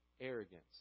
Arrogance